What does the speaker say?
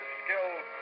skilled